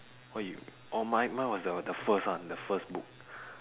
what you orh mine mine was the the first one the first book